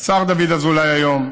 השר דוד אזולאי היום,